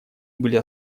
были